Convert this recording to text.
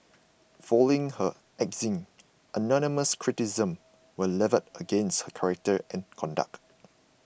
following her axing anonymous criticisms were levelled against her character and conduct